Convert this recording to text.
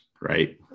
right